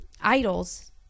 idols